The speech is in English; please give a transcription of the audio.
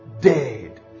dead